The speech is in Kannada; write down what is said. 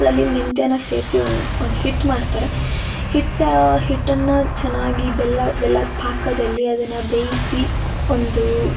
ಅದರಲ್ಲಿ ಮೆಂತ್ಯನ ಸೇರಿಸಿ ಒಂದು ಒಂದು ಹಿಟ್ಟು ಮಾಡ್ತಾರೆ ಹಿಟ್ಟಾ ಹಿಟ್ಟನ್ನಾ ಚೆನ್ನಾಗಿ ಬೆಲ್ಲ ಬೆಲ್ಲದ ಪಾಕದಲ್ಲಿ ಅದನ್ನ ಬೇಯಿಸಿ ಒಂದು